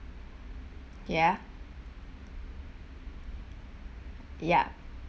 ya ya